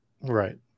right